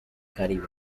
caribe